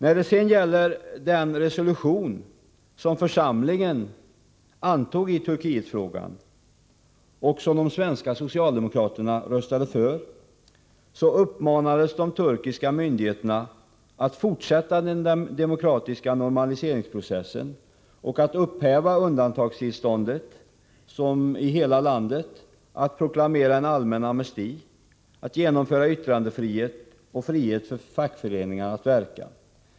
I den resolution i Turkietfrågan som församlingen antog — och som de svenska socialdemokraterna röstade för — uppmanas de turkiska myndigheterna att fortsätta den demokratiska normaliseringsprocessen, upphäva undantagstillståndet i hela landet, proklamera allmän amnesti samt genomföra yttrandefrihet och frihet för fackföreningarna att verka.